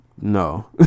no